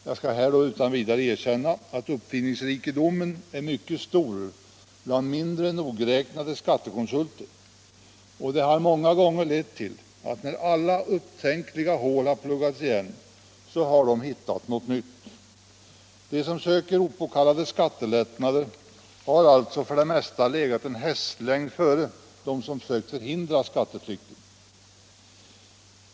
Jag skall utan vidare erkänna att uppfinningsrikedomen är mycket stor bland mindre nogräknade skattekonsulter, och det har många gånger lett till att sedan alla upptänkliga hål pluggats igen har dessa personer hittat något nytt. De som önskar opåkallade skattelättnader har alltså för det mesta legat en hästlängd före dem som sökt förhindra skatteflykten.